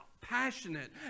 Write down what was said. passionate